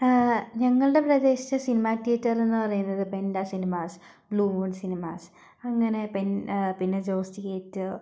ഞങ്ങളുടെ പ്രദേശത്തെ cinema theatre എന്നു പറയുന്നത് പെന്റ സിനിമാസ് ബ്ലൂമൂണ് സിനിമാസ് അങ്ങെനെ പിന്നെ ജോസ് തിയേറ്റര്